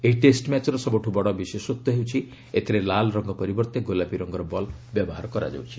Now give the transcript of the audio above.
ଏହି ଟେଷ୍ଟ ମ୍ୟାଚ୍ର ସବୁଠୁ ବଡ଼ ବିଶେଷତ୍ୱ ହେଉଛି ଏଥିରେ ଲାଲ ରଙ୍ଗ ପରିବର୍ତ୍ତେ ଗୋଲାପୀ ରଙ୍ଗର ବଲ୍ ବ୍ୟବହାର କରାଯାଉଛି